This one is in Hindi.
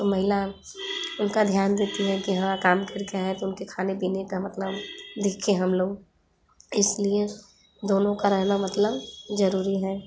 तो महिला उनका ध्यान देती है कि हाँ काम कर के आए हैं तो उनके खाने पिने का मतलब देखें हम लोग इस लिए दोनों का रहना मतलब ज़रूरी है